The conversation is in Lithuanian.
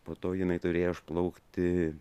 po to jinai turėjo išplaukti